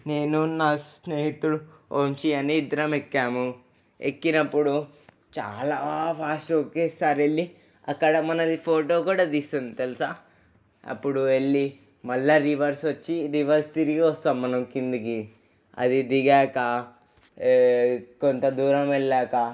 నేను నా స్నేహితుడు వంశీ అని ఇద్దరం ఎక్కాము ఎక్కినప్పుడు చాలా ఫాస్ట్ ఒకేసారి వెళ్లి అక్కడ మనది ఫోటో కూడా తీస్తుంది తెలుసా అప్పుడు వెళ్లి మళ్ళా రివర్స్ వచ్చి రివర్స్ తిరిగి వస్తాం మనం కిందకి అది దిగాక కొంత దూరం వెళ్ళాక